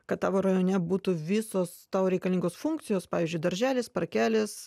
kad tavo rajone būtų visos tau reikalingos funkcijos pavyzdžiui darželis parkelis